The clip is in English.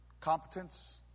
Competence